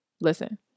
Listen